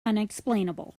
unexplainable